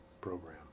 program